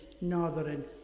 northern